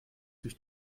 durch